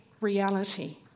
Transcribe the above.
reality